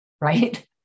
right